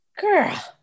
girl